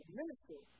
ministry